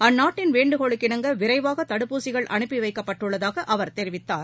அந்நாட்டின் வேண்டுகோளுக்கிணங்க விரைவாகதடுப்பூசிகள் அனுப்பிவைக்கப்பட்டுள்ளதாகஅவர் தெரிவித்தார்